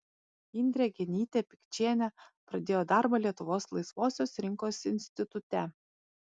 indrė genytė pikčienė pradėjo darbą lietuvos laisvosios rinkos institute